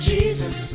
Jesus